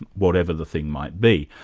and whatever the thing might be.